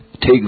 Take